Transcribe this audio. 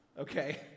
okay